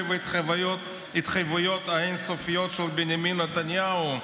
וההתחייבויות האין-סופיות של בנימין נתניהו,